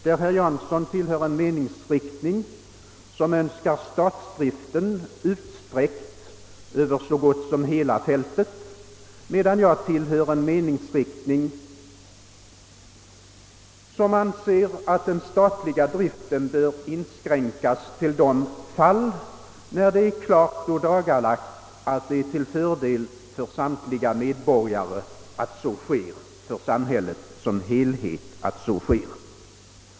Herr Jansson tillhör en meningsriktning som önskar statsdriften utsträckt över så gott som hela fältet, medan jag tillhör en meningsriktning som anser att den statliga driften bör inskränkas till de fall när det är klart ådagalagt att den är till fördel för samhället som helhet.